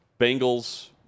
Bengals